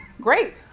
Great